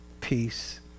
peace